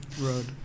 Road